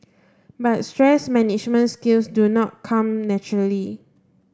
but stress management skills do not come naturally